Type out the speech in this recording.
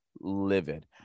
livid